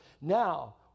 Now